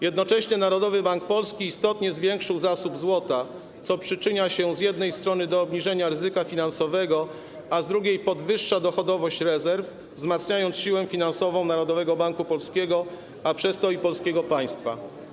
Jednocześnie Narodowy Bank Polski istotnie zwiększył zasób złota, co przyczynia się z jednej strony do obniżenia ryzyka finansowego, a z drugiej podwyższa dochodowość rezerw, wzmacniając siłę finansową Narodowego Banku Polskiego, a przez to i polskiego państwa.